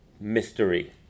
mystery